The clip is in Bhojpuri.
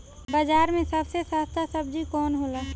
बाजार मे सबसे सस्ता सबजी कौन होला?